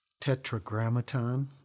tetragrammaton